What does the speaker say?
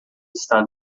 está